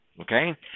Okay